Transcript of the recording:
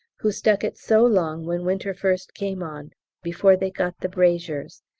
who stuck it so long when winter first came on before they got the braziers,